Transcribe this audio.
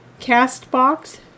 CastBox